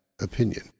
opinion